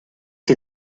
que